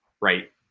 right